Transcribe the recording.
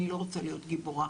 אני לא רוצה להיות גיבורה".